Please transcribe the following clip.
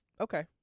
Okay